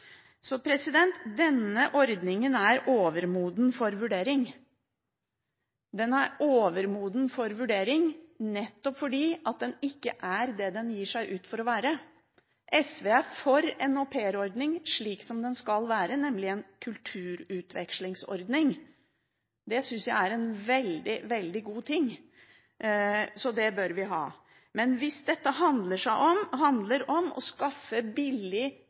Så denne ordningen er overmoden for vurdering. Den er overmoden for vurdering nettopp fordi den ikke er det den gir seg ut for å være. SV er for en aupairordning slik som den skal være, nemlig en kulturutvekslingsordning. Det synes jeg er en veldig god ting, så det bør vi ha. Men hvis dette handler om å skaffe billig